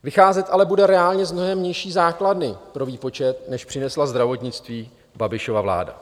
Vycházet ale bude reálně z mnohem nižší základny pro výpočet, než přinesla zdravotnictví Babišova vláda.